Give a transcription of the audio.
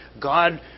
God